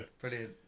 Brilliant